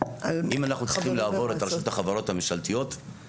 --- אם אנחנו צריכים לעבור את רשות החברות הממשלתיות,